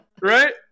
Right